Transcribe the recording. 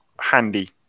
handy